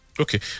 Okay